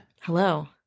Hello